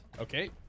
Okay